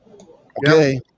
Okay